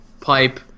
pipe